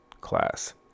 class